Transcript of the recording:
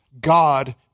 God